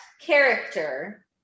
character